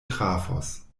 trafos